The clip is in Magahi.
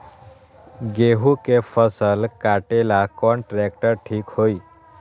गेहूं के फसल कटेला कौन ट्रैक्टर ठीक होई?